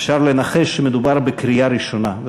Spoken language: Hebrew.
אפשר לנחש שמדובר היה בקריאה ראשונה,